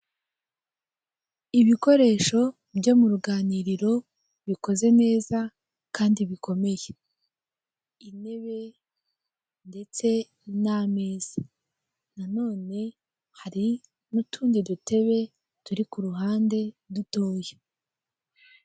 Ibikoresho byo mu ruganiriro, bikoze neza kandi bikomeye, intebe ndetse n'ameza, na none hari n'utundi dutebe turi ku ruhande dutoya.